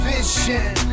Vision